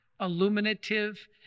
illuminative